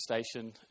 station